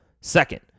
Second